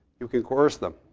you can coerce them.